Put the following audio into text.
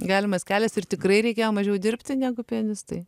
galimas kelias ir tikrai reikėjo mažiau dirbti negu pianistui